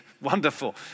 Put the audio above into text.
wonderful